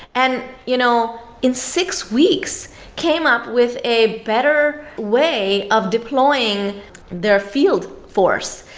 and you know in six weeks, came up with a better way of deploying their field force.